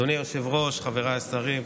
אדוני היושב-ראש, חבריי השרים,